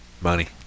money